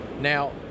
Now